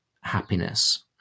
happiness